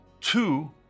Two